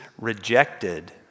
rejected